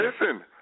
Listen